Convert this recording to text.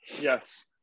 Yes